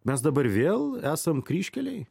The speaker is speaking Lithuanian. mes dabar vėl esam kryžkelėj